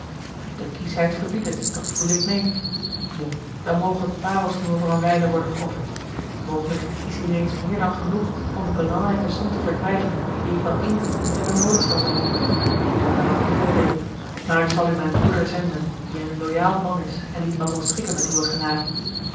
de kieschheid verbiedt het dat voele ik meê nu dan moge het parelsnoer voor een wijle worden geofferd mogelijk is hier reeds meer dan genoeg om de belangrijke som te verkrijgen die ik wel inzie dat er noodig zal zijn ik kan daaraf niet oordeelen maar ik zal u mijn broeder zenden die een loyaal man is en die t wel zal schikken met uwe